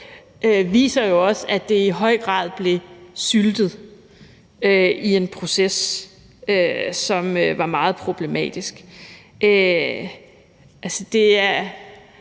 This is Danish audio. viser jo også, at det i høj grad blev syltet i en proces, som var meget problematisk. Det